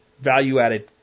value-added